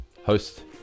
host